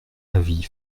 avis